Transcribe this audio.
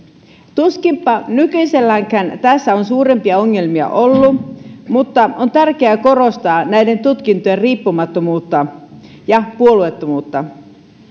tuskinpa nykyiselläänkään tässä on suurempia ongelmia ollut mutta on tärkeää korostaa näiden tutkintojen riippumattomuutta ja puolueettomuutta